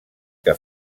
que